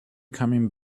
coming